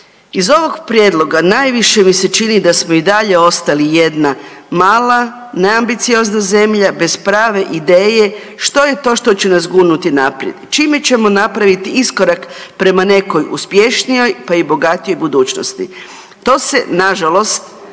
Iz ovog prijedlog najviše mi se čini da smo i dalje ostali jedna mala neambiciozna zemlja bez prave ideje što je to što će nas gurnuti naprijed, čime ćemo napraviti iskorak prema nekoj uspješnoj, pa i bogatijoj budućnosti. To se nažalost